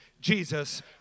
Jesus